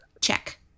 Check